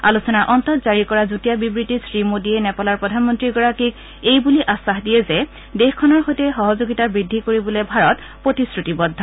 আলোচনাৰ অন্তত জাৰি কৰা যুটীয়া বিবৃতিত শ্ৰীমোদীয়ে নেপালৰ প্ৰধানমন্ত্ৰীগৰাকীক এইবুলি আশ্বাস দিয়ে যে দেশখনৰ সৈতে সহযোগিতা বৃদ্ধি কৰিবলৈ ভাৰত প্ৰতিশ্ৰুতিবদ্ধ